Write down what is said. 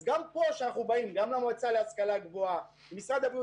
אז אנחנו באים למועצה להשכלה גבוהה ולמשרד הבריאות